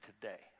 today